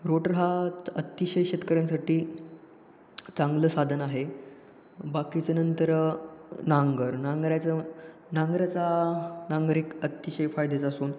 rotor हा अतिशय शेतकऱ्यांसाठी चांगलं साधन आहे बाकीचं नंतर नांगर नांगऱ्याचं नांगराचा नांगर एक अतिशय फायद्याचा असून